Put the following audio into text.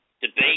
Debate